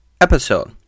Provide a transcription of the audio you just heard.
episode